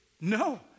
No